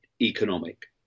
economic